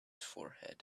forehead